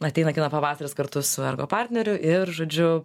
ateina kino pavasaris kartu su ergo partneriu ir žodžiu